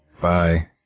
Bye